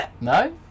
No